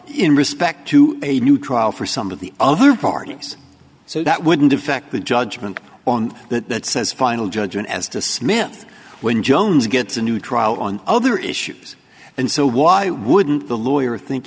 in respect to a new trial for some of the other parties so that wouldn't affect the judgment on that says final judgment as to smith when jones gets a new trial on other issues and so why wouldn't the lawyer think